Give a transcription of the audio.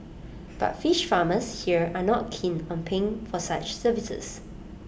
but fish farmers here are not keen on paying for such services